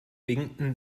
winkten